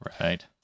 Right